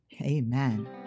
amen